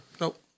Nope